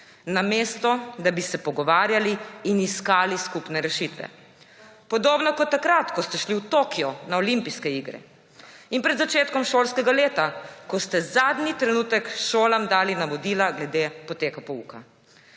namesto da bi se pogovarjali in iskali skupne rešitve. Podobno kot takrat, ko ste šli v Tokio na Olimpijske igre, in pred začetkom šolskega leta, ko ste zadnji trenutek šolam dali navodila glede poteka pouka.